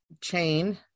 chain